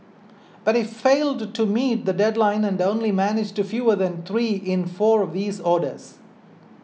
but it failed to meet the deadline and only managed fewer than three in four of these orders